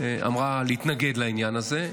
אמרה להתנגד לעניין הזה,